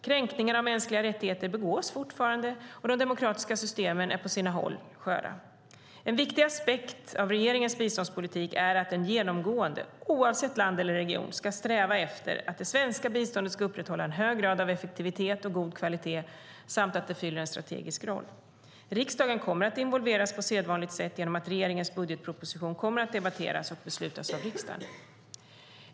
Kränkningar av mänskliga rättigheter begås fortfarande, och de demokratiska systemen är på sina håll sköra. En viktig aspekt av regeringens biståndspolitik är att den genomgående, oavsett land eller region, ska sträva efter att det svenska biståndet ska upprätthålla en hög grad av effektivitet och god kvalitet samt fylla en strategisk roll. Riksdagen kommer att involveras på sedvanligt sätt genom att regeringens budgetproposition debatteras och beslutas av riksdagen.